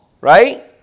right